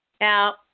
now